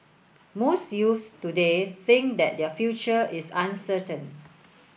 most youths today think that their future is uncertain